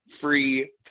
free